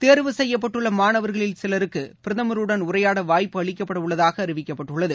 தேர்வு செய்யப்பட்டுள்ளமாணவர்களில் சிலருக்குபிரதமருடன் உரையாடவாய்ப்பு அளிக்கப்படஉள்ளதாக அறிவிக்கப்பட்டுள்ளது